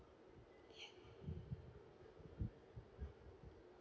yeah